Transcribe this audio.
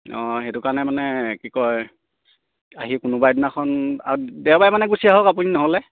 অঁ সেইটো কাৰণে মানে কি কয় আহি কোনোবাই দিনাখন আৰু দেওবাৰে মানে গুচি আহক আপুনি নহ'লে